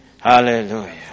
Hallelujah